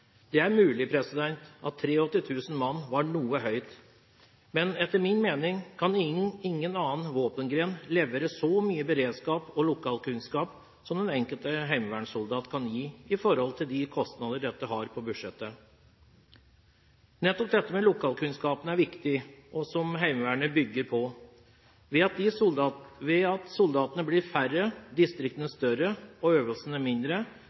Det er mulig at antallet – 83 000 mann – var noe høyt, men etter min mening kan ingen annen våpengren levere så mye beredskap og lokalkunnskap som den enkelte heimevernssoldat, i forhold til de kostnader dette har på budsjettet. Nettopp dette med lokalkunnskap er viktig, og noe som Heimevernet bygger på. Ved at soldatene blir færre, distriktene større og øvelsene mindre,